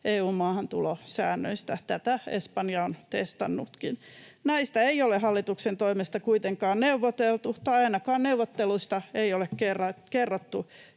EU:n maahantulosäännöistä. Tätä Espanja on testannutkin. Näistä ei ole hallituksen toimesta kuitenkaan neuvoteltu tai ainakaan neuvotteluista ei ole kerrottu,